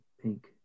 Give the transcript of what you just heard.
pink